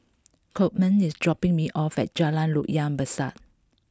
Coleman is dropping me off at Jalan Loyang Besar